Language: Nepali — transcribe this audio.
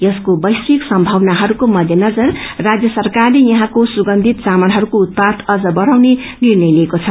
यसको वैश्विक सम्भावनाहरूको मध्यनजर राजय सरकारले यसँको सुगंधित चामलको उपाद अप्त बढाउने निर्णय लिएको छ